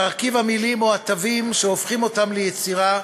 מרכיב המילים או התווים שהופכים אותם ליצירה,